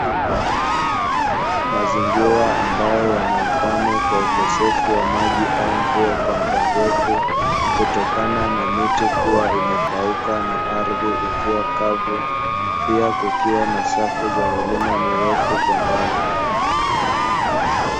Mazingira ambayo yanaukame kwa ukosefu wa maji au mvua kwa muda mrefu, kutokana na miti kuwa imekauka na ardhi ikiwa kavu pia kukiwa na safu za milima mirefu kwa mbali.